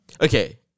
Okay